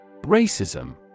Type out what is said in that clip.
Racism